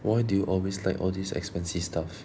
why do you always like all these expensive stuff